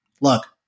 look